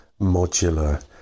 modular